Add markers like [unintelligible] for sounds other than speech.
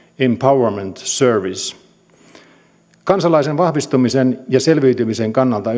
empowerment service kansalaisen vahvistumisen ja selviytymisen kannalta [unintelligible]